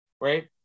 right